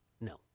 No